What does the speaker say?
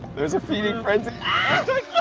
there's a feeding frenzy